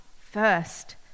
first